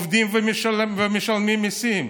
עובדים ומשלמים מיסים?